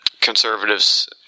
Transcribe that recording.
conservatives